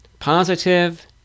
positive